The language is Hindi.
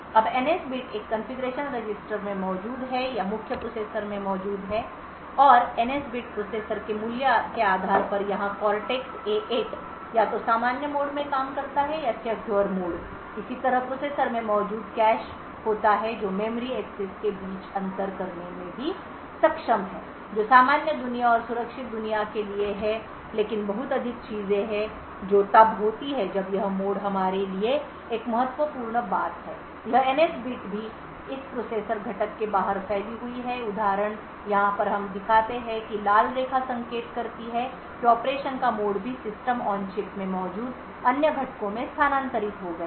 अब एनएस बिट एक कॉन्फ़िगरेशन रजिस्टर में मौजूद है या मुख्य प्रोसेसर में मौजूद है और एनएस बिट प्रोसेसर के मूल्य के आधार पर यहाँ कॉर्टेक्स ए 8 या तो सामान्य मोड में काम करता है या सिक्योर मोड इसी तरह प्रोसेसर में मौजूद कैश होता है जो मेमोरी एक्सेस के बीच अंतर करने में भी सक्षम है जो सामान्य दुनिया और सुरक्षित दुनिया के लिए है लेकिन बहुत अधिक चीजें हैं जो तब होती हैं जब यह मोड हमारे लिए एक महत्वपूर्ण बात है कि यह एनएस बिट भी इस प्रोसेसर घटक के बाहर फैली हुई है उदाहरण यहाँ पर हम दिखाते हैं कि लाल रेखा संकेत करती है कि ऑपरेशन का मोड भी सिस्टम ऑन चिप में मौजूद अन्य घटकों में स्थानांतरित हो गया है